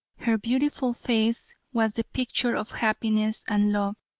her beautiful face was the picture of happiness and love.